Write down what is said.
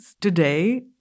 Today